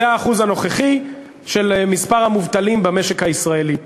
זה האחוז הנוכחי של המובטלים במשק הישראלי.